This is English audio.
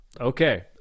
Okay